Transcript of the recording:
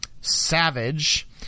Savage